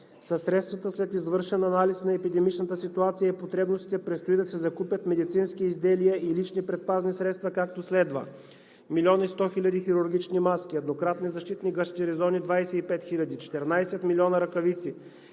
средствата, след извършен анализ на епидемичната ситуация и потребностите, предстои да се закупят медицински изделия и лични предпазни средства, както следва: 1 млн. 100 хил. хирургични маски, еднократни защитни гащеризони – 25 хиляди, 14 милиона ръкавици,